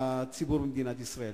הציבור במדינת ישראל.